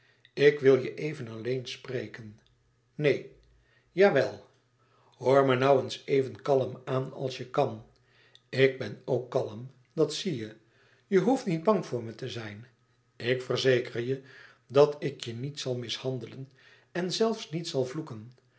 ik wil je even alleen spreken neen jawel hoor me nou eens even kalm aan als je kan ik ben ook kalm dat zie je je hoeft niet bang voor me te zijn ik verzeker je dat ik je niet zal mishandelen en zelfs niet zal vloeken